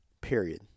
Period